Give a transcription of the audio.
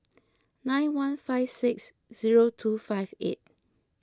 nine one five six zero two five eight